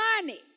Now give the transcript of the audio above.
money